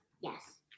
yes